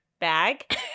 bag